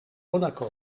monaco